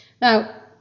Now